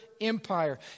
empire